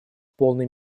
полной